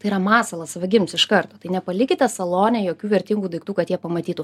tai yra masalas vagims iš karto tai nepalikite salone jokių vertingų daiktų kad jie pamatytų